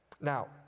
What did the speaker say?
Now